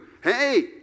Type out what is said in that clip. hey